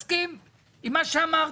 לחוק-יסוד: הממשלה,